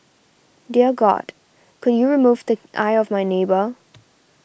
dear god could you remove the eye of my neighbour